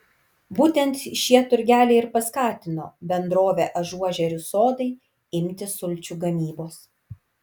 būtent šie turgeliai ir paskatino bendrovę ažuožerių sodai imtis sulčių gamybos